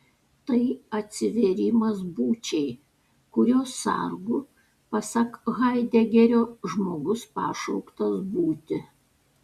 tai atsivėrimas būčiai kurios sargu pasak haidegerio žmogus pašauktas būti